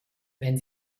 wenn